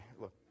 look